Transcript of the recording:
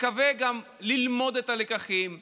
נקווה גם ללמוד את הלקחים,